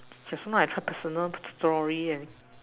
just now I try personal story and